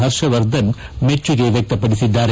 ಹರ್ಷವರ್ಧನ್ ಮೆಚ್ಚುಗೆ ವ್ಯಕ್ತಪಡಿಸಿದ್ದಾರೆ